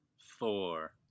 four